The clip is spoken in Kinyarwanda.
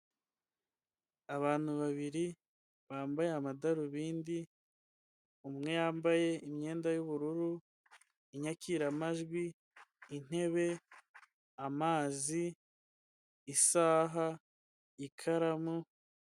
Abantu babiri bambaye amadarubindi, umwe yambaye imyenda y'ubururu, inyakiramajwi intebe amazi isaha ikaramu.